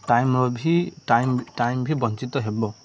time time time ବି ବଞ୍ଚିତ ହେବ